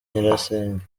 nyirasenge